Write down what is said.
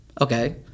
Okay